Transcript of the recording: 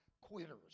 quitters